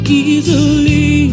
easily